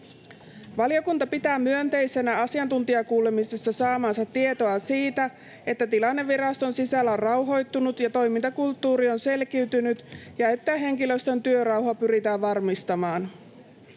Valiokunta pitää myönteisenä asiantuntijakuulemisessa saamaansa tietoa siitä, että tilanne viraston sisällä on rauhoittunut ja toimintakulttuuri on selkiytynyt ja että henkilöstön työrauha pyritään varmistamaan.